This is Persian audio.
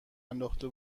انداخته